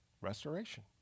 restoration